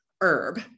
herb